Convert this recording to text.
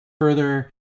further